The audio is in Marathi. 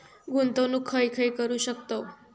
गुंतवणूक खय खय करू शकतव?